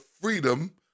freedom